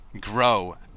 grow